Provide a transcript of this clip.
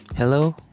Hello